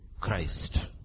Christ